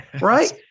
right